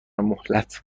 مهلت